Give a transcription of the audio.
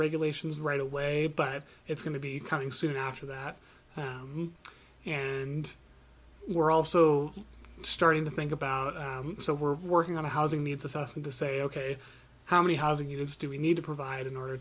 regulations right away but it's going to be coming soon after that and we're also starting to think about so we're working on a housing needs assessment to say ok how many housing units do we need to provide in order